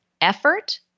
effort